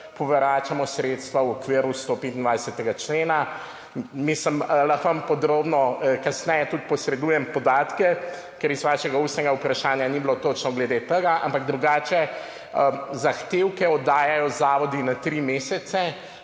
povračamo sredstva v okviru 125. člena. Lahko vam podrobno kasneje tudi posredujem podatke, ker v vašem ustnem vprašanju ni bilo točno glede tega, ampak drugače zahtevke oddajajo zavodi na tri mesece,